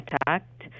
attacked